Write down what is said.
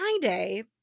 Friday